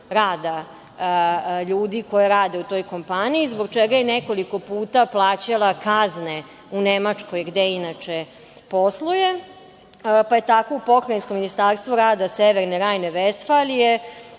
ljudi koji rade u toj kompaniji zbog čega je nekoliko puta plaćala kazne u Nemačkoj, gde inače posluje, pa je tako Pokrajinsko ministarstvo rada Severne Rajne – Vestfalije